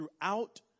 throughout